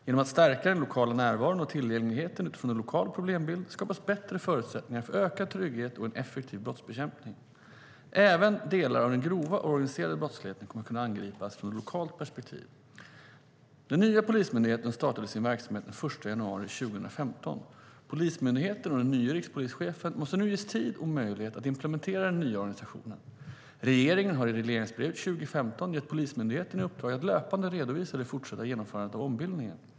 Genom att stärka den lokala närvaron och tillgängligheten utifrån en lokal problembild skapas bättre förutsättningar för ökad trygghet och en effektiv brottsbekämpning. Även delar av den grova och organiserade brottsligheten kommer att kunna angripas från ett lokalt perspektiv. Den nya Polismyndigheten startade sin verksamhet den 1 januari 2015. Polismyndigheten och den nye rikspolischefen måste nu ges tid och möjlighet att implementera den nya organisationen. Regeringen har i regleringsbrevet för 2015 gett Polismyndigheten i uppdrag att löpande redovisa det fortsatta genomförandet av ombildningen.